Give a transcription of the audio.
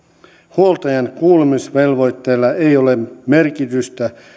huoltajan kuulemisvelvoitteella ei ole merkitystä